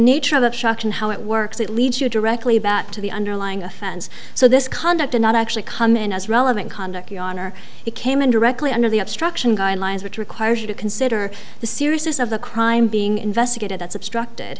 nature of the shock and how it works it leads you directly back to the underlying offense so this conduct and not actually come in as relevant conduct a honor it came in directly under the obstruction guidelines which requires you to consider the seriousness of the crime being investigated that's obstruct